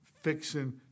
fixing